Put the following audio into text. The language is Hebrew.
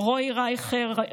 רועי רייכר,